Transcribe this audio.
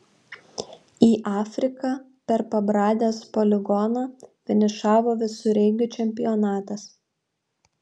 į afriką per pabradės poligoną finišavo visureigių čempionatas